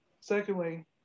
Secondly